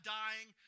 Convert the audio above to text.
dying